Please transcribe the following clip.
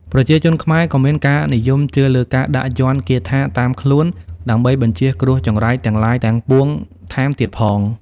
ប្រជាជនខ្មែរក៏មានការនិយមជឿលើការដាក់យ័ន្តគាថាតាមខ្លួនដើម្បីបញ្ចៀសគ្រោះចង្រៃទាំងឡាយទាំងពួងថែមទៀតផង